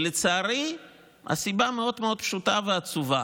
לצערי, הסיבה מאוד מאוד פשוטה ועצובה: